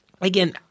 again